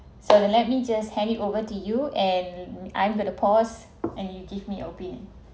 so let me just hand it over to you and I'm going to pause and you give me opinion